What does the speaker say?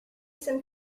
some